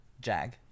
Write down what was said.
Jag